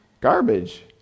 Garbage